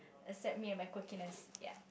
accept me and my quirkiness ya